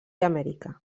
amèrica